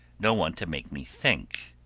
no one to make me think.